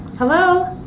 hello.